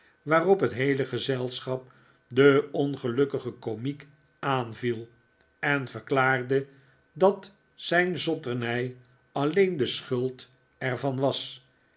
waarop het heele gezelschap den ongelukkigen komiek aanviel en verklaarde dat zijn zotternij alleen de schuld er van was